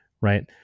Right